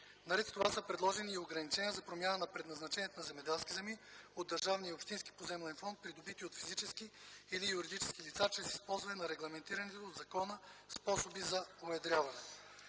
Наред с това са предложени ограничения за промяна на предназначението на земеделски земи от държавния и общински поземлен фонд, придобити от физически или юридически лица чрез използване на регламентираните от закона способи за уедряване.